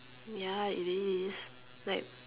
ya it is like